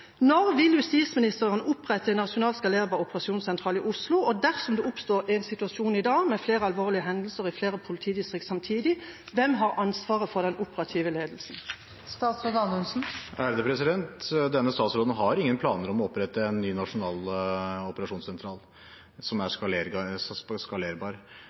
Når vil justisministeren opprette en nasjonal, skalerbar operasjonssentral i Oslo? Og dersom det oppstår en situasjon i dag med flere alvorlige hendelser i flere politidistrikter samtidig: Hvem har ansvaret for den operative ledelsen? Denne statsråden har ingen planer om å opprette en ny nasjonal operasjonssentral som er skalerbar.